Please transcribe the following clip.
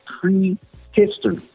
pre-history